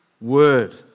Word